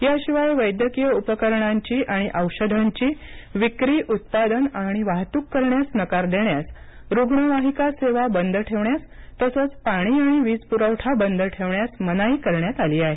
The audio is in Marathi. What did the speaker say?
याशिवाय वैद्यकीय उपकरणांची आणि औषधांची विक्री उत्पादन आणि वाहतूक करण्यास नकार देण्यास रुग्णवाहिका सेवा बंद ठेवण्यास तसंच पाणी आणि वीज पुरवठा बंद ठेवण्यास मनाई करण्यात आली आहे